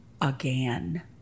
Again